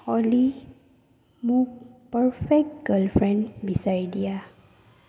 অ'লি মোক perfect girlfriend বিচাৰি দিয়া